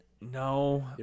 No